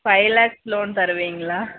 five lakhs loan தருவீங்களா